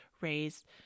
raised